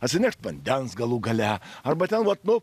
atsinešt vandens galų gale arba ten vat nu